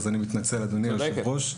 אז אני מתנצל אדוני היושב ראש.